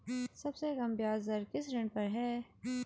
सबसे कम ब्याज दर किस ऋण पर है?